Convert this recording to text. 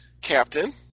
Captain